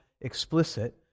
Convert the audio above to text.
explicit